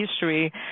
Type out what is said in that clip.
history